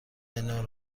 منو